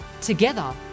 Together